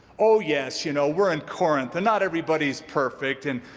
oh, yes, you know, we're in corinth, and not everybody's perfect. and,